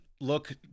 look